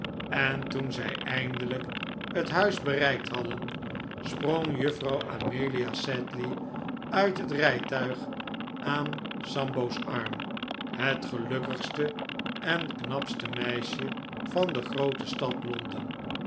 en toen zij eindelijk het huis bereikt hadden sprong juffrouw amelia sedley uit het rijtuig aan sambo's arm het gelukkigste en knapste meisje van de groote stad londen